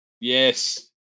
Yes